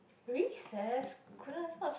recess goodness what's